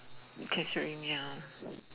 keep showing ya